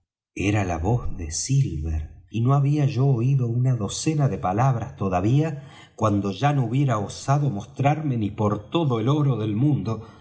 era la voz de silver y no había yo oído una docena de palabras todavía cuando ya no hubiera osado mostrarme ni por todo el oro del mundo